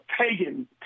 pagan